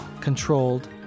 controlled